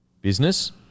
business